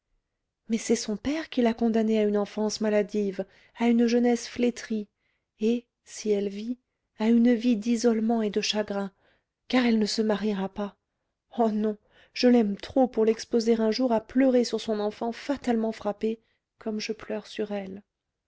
mais c'est son père qui l'a condamnée à une enfance maladive à une jeunesse flétrie et si elle vit à une vie d'isolement et de chagrins car elle ne se mariera pas oh non je l'aime trop pour l'exposer un jour à pleurer sur son enfant fatalement frappé comme je pleure sur elle